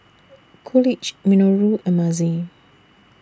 Coolidge Minoru and Mazie